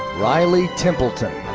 riley templeton.